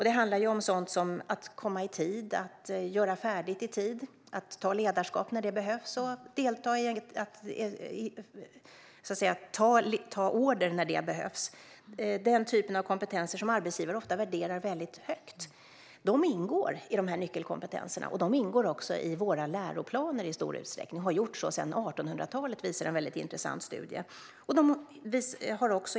Det handlar om sådant som att komma i tid, att göra färdigt i tid, att ta ledarskap när det behövs och att ta order när det behövs - den typ av kompetenser som arbetsgivare ofta värderar väldigt högt. De ingår i nyckelkompetenserna. De ingår också i stor utsträckning i våra läroplaner och har gjort så sedan 1800-talet, visar en intressant studie.